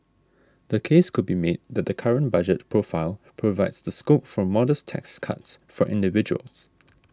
the case could be made that the current budget profile provides the scope for modest tax cuts for individuals